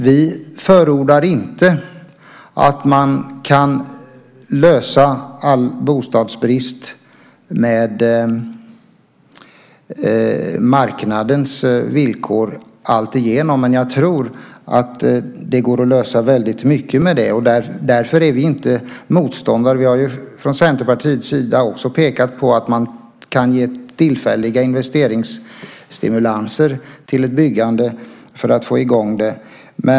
Vi förordar inte att man kan lösa all bostadsbrist med marknadens villkor, men jag tror att det går att lösa väldigt mycket på det sättet. Därför är vi inte motståndare. Vi har från Centerpartiets sida pekat på att man kan ge tillfälliga investeringsstimulanser till ett byggande för att få i gång det.